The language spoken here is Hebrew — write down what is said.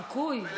חיקוי?